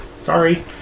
sorry